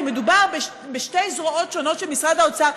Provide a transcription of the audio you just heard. כי מדובר בשתי זרועות שונות של משרד האוצר,